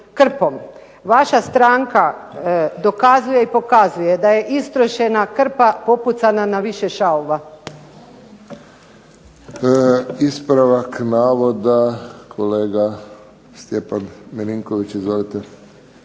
vaša stranka dokazuje i pokazuje da je istrošena krpa popucana na više šavova. **Friščić, Josip (HSS)** Ispravak navoda kolega Stjepan Milinković. Izvolite.